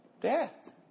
Death